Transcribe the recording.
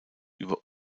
über